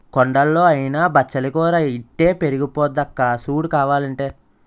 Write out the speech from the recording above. కొండల్లో అయినా బచ్చలి కూర ఇట్టే పెరిగిపోద్దక్కా సూడు కావాలంటే